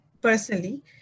personally